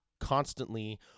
constantly